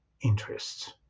interests